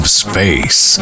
space